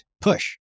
push